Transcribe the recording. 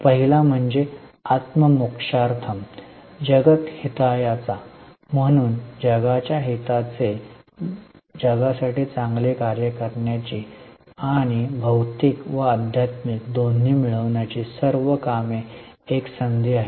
पहिला म्हणजे आत्मो मोक्षार्थम जगत हिताया चा म्हणून जगाच्या हिताचे चा जगासाठी चांगले कार्य करण्याची आणि भौतिक व आध्यात्मिक दोन्ही मिळविण्याची सर्व कामे एक संधी आहेत